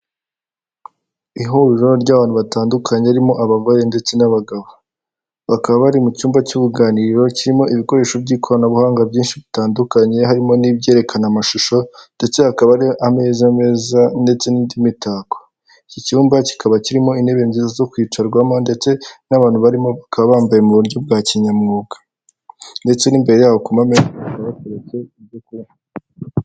Ihuriro ry'abantu batandukanye ririmo abagore ndetse n'abagabo, bakaba bari mu cyumba cy'uruganiriro kirimo ibikoresho by'ikoranabuhanga byinshi bitandukanye, harimo n'ibyerekana amashusho ndetse hakaba ari ameza meza ndetse n'indi mitako. Iki cyumba kikaba kirimo intebe zo kwicarwamo ndetse n'abantu barimo bakaba bambaye mu buryo bwa kinyamwuga ndetse n'imbere yabo ku meza hakaba hateretseho ibyo kurya.